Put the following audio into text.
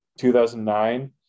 2009